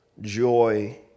joy